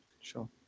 sure